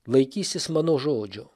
laikysis mano žodžio